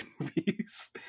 movies